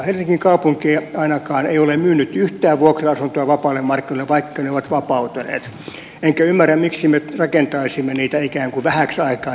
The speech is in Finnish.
helsingin kaupunki ainakaan ei ole myynyt yhtään vuokra asuntoa vapaille markkinoille vaikka ne ovat vapautuneet enkä ymmärrä miksi me rakentaisimme niitä ikään kuin vähäksi aikaa ja sitten panisimme lihoiksi